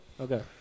Okay